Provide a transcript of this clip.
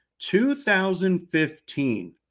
2015